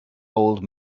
old